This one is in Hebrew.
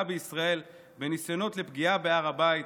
בישראל בניסיונות לפגיעה בהר הבית